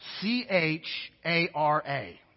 C-H-A-R-A